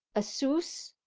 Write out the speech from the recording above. a souse,